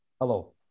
Hello